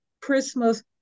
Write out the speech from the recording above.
Christmas